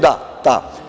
Da, ta.